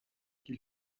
qu’il